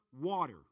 water